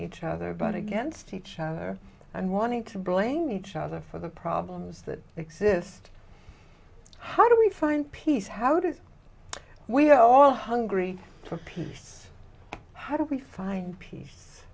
each other but against each other and wanting to blame each other for the problems that exist how do we find peace how do we are all hungry for peace how do we find peace